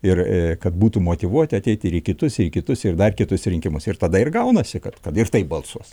ir kad būtų motyvuoti ateiti į kitus į kitus ir dar kitus rinkimus ir tada ir gaunasi kad ir taip balsuos